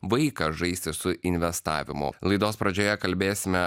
vaiką žaisti su investavimu laidos pradžioje kalbėsime